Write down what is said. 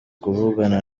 kuvugana